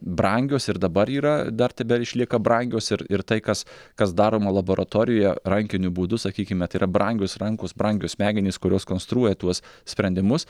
brangios ir dabar yra dar tebeišlieka brangios ir ir tai kas kas daroma laboratorijoje rankiniu būdu sakykime tai yra brangios rankos brangios smegenys kurios konstruoja tuos sprendimus